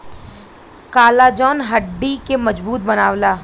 collagen हड्डी के मजबूत बनावला